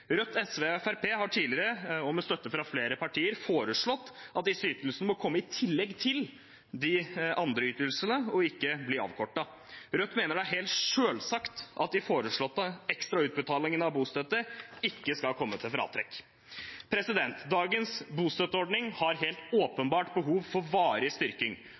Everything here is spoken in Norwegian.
Rødt, SV og Fremskrittspartiet har tidligere, også med støtte fra flere partier, foreslått at disse ytelsene må komme i tillegg til de andre ytelsene og ikke bli avkortet. Rødt mener det er helt selvsagt at de foreslåtte ekstra utbetalingene av bostøtte ikke skal komme til fratrekk. Dagens bostøtteordning har helt åpenbart behov for varig styrking.